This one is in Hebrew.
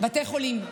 בתי חולים,